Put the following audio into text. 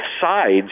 sides